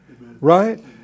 Right